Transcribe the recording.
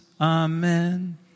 Amen